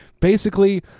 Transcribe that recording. basically-